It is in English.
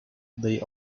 they